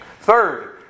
Third